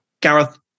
Gareth